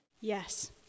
Yes